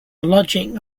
lodging